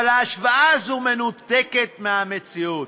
אבל ההשוואה הזאת מנותקת מהמציאות.